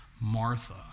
Martha